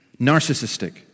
narcissistic